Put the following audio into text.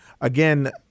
again